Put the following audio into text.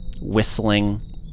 whistling